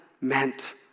meant